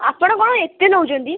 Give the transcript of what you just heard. ଆପଣ କଣ ଏତେ ନେଉଛନ୍ତି